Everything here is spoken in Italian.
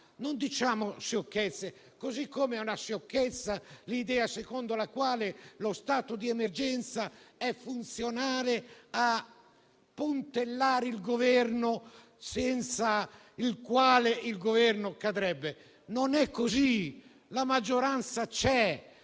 Non diciamo sciocchezze. Così come è una sciocchezza l'idea secondo la quale lo stato di emergenza è funzionale a puntellare il Governo e senza di esso il Governo cadrebbe. Non è così: la maggioranza c'è